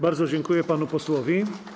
Bardzo dziękuję panu posłowi.